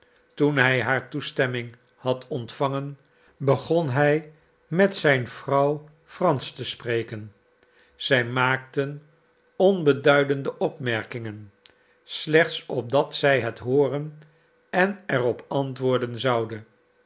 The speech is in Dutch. toen hij haar toestemming had ontvangen begon hij met zijn vrouw fransch te spreken zij maakten onbeduidende opmerkingen slechts opdat zij het hooren en er op antwoorden zoude